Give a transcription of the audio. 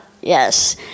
Yes